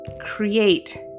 create